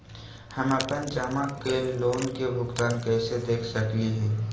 हम अपन जमा करल लोन के भुगतान कैसे देख सकली हे?